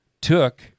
took